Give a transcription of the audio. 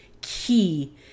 key